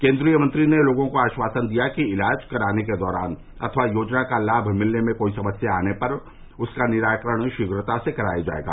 केन्द्रीय मंत्री ने लोगों को आश्वासन दिया कि इलाज कराने के दौरान अथवा योजना का लाम मिलने में कोई समस्या आने पर उसका निराकरण शीघ्रता से कराया जायेगा